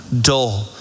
Dull